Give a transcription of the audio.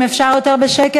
אם אפשר יותר בשקט,